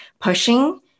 pushing